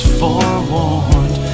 forewarned